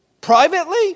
Privately